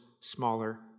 smaller